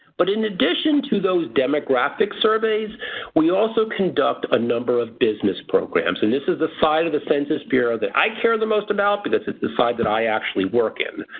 but in addition to those demographic surveys we also conducted ah number of business programs. and this is the side of the census bureau that i care the most about because it's it's the side that i actually work in.